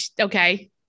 okay